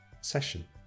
session